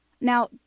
Now